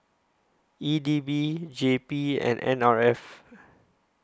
E D B J P and N R F